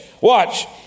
watch